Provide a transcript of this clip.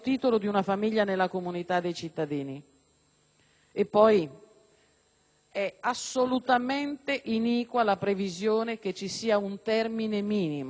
assolutamente iniqua la previsione che ci sia un termine minimo, sia pure dimezzato, ovvero di un anno, quando ci sono i figli.